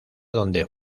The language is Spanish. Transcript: donde